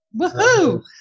Woohoo